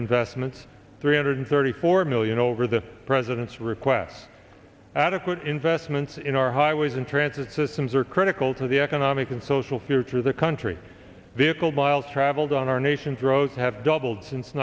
investments three hundred thirty four million over the president's request adequate investments in our highways and transit systems are critical to the economic and social future of the country vehicle miles traveled on our nation's roads have doubled since